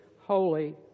holy